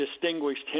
distinguished